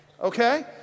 okay